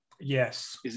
Yes